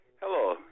Hello